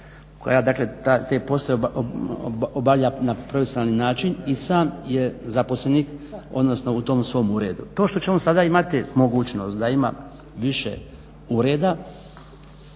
dakle te poslove obavlja na profesionalni način i sam je zaposlenik, odnosno u tom svom uredu. To što će on sad imati mogućnost da ima više ureda